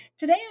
Today